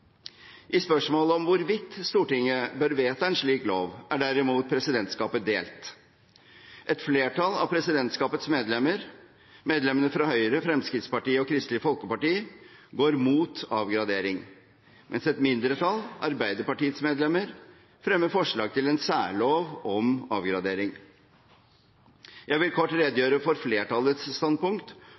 I spørsmålet om hvorvidt Stortinget bør vedta en slik lov, er derimot presidentskapet delt. Et flertall av presidentskapets medlemmer, medlemmene fra Høyre, Fremskrittspartiet og Kristelig Folkeparti, går mot avgradering, mens et mindretall, Arbeiderpartiets medlemmer, fremmer forslag til en særlov om avgradering. Jeg vil kort redegjøre for flertallets standpunkt